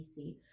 BC